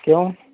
کیوں